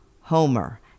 Homer